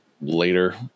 later